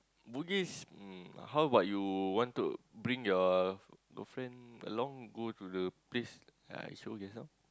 bugis um how bout you want to bring your girlfriend along go to the place yeah I show you can some